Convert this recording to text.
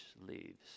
leaves